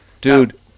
dude